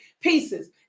pieces